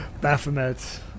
Baphomet